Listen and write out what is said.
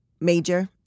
major